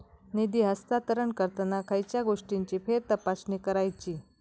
निधी हस्तांतरण करताना खयच्या गोष्टींची फेरतपासणी करायची?